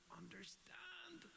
understand